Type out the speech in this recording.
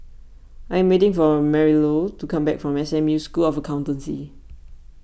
I am waiting for Marilou to come back from S M U School of Accountancy